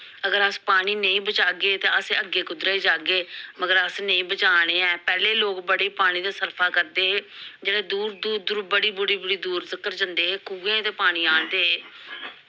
अगर अस पानी नेईं बचागे ते अग्गें कुद्धरे गी जाह्गे मगर अस नेईं बचाने ऐं पैह्लें लोग बड़े पानी दा सरफा करदे हे जेह्ड़े दूर दूर बड़ी बड़ी बड़ी दूर तक्कर जंदे हे खुहें दे पानी आंह्नदे हे